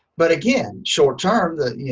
but again, short term that,